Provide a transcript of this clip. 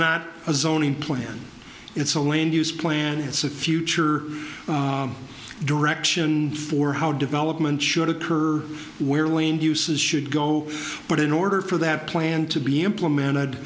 not a zoning plan it's a land use planning it's a future direction for how development should occur where lane uses should go but in order for that plan to be implemented